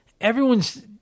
everyone's